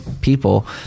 people